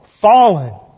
fallen